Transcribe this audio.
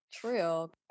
true